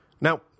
Now